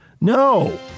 No